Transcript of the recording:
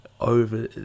over